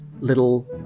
little